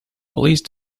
police